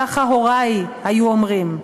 ככה הורי היו אומרים.